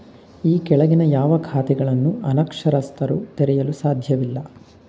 ಈ ಕೆಳಗಿನ ಯಾವ ಖಾತೆಗಳನ್ನು ಅನಕ್ಷರಸ್ಥರು ತೆರೆಯಲು ಸಾಧ್ಯವಿಲ್ಲ?